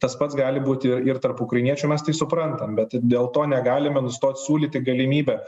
tas pats gali būti ir tarp ukrainiečių mes tai suprantam bet dėl to negalime nustot siūlyti galimybę